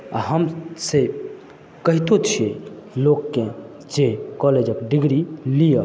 आ हम से कहितो छियै लोककेँ जे कॉलेज क डिग्री लिअ